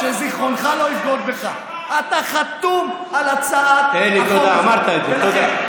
שזיכרונך לא יבגוד בך: אתה חתום על הצעת החוק הזאת.